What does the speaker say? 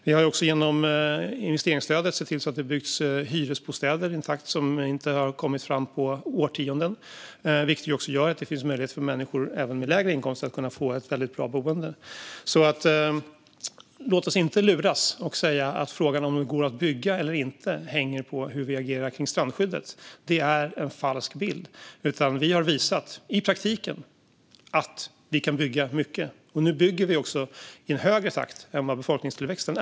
Vi har också genom investeringsstödet sett till att det byggts hyresbostäder i en takt som vi inte har sett på årtionden, vilket gör att det finns möjlighet även för människor med lägre inkomster att få ett väldigt bra boende. Låt oss alltså inte luras och säga att frågan om det går att bygga eller inte hänger på hur vi agerar kring strandskyddet - det är en falsk bild. Vi har visat i praktiken att vi kan bygga mycket. Nu bygger vi också i en högre takt än befolkningstillväxten.